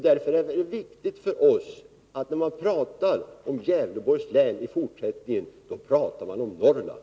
Därför är det viktigt för oss att när man i fortsättningen pratar om Gävleborgs län, så pratar man om Norrland.